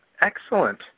Excellent